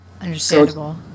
Understandable